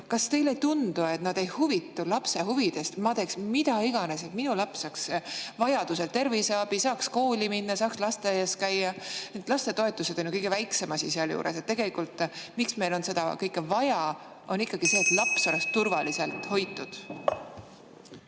kas teile ei tundu, et nad ei [hooli] lapse huvidest? Ma teeksin mida iganes, et minu laps saaks vajadusel terviseabi, saaks kooli minna, saaks lasteaias käia. Lastetoetused on kõige väiksem asi sealjuures. Miks meil seda kõike vaja on, on ikkagi see, et laps oleks turvaliselt hoitud.